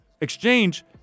exchange